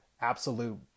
absolute